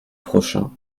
prochain